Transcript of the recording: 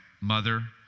mother